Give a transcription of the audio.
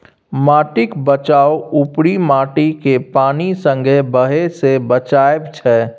माटिक बचाउ उपरी माटिकेँ पानि संगे बहय सँ बचाएब छै